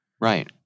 Right